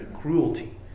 cruelty